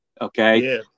okay